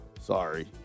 Sorry